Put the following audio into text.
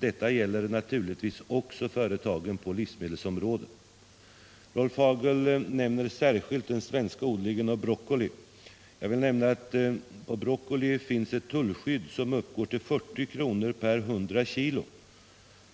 Detta gäller naturligtvis också företagen på livsmedelsområdet. Rolf Hagel nämner särskilt den svenska odlingen av broccoli. Jag vill nämna att på broccoli finns ett tullskydd som uppgår till 40 kr. per 100 kg.